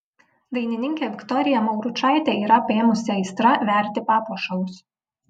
dainininkę viktoriją mauručaitę yra apėmusi aistra verti papuošalus